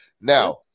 Now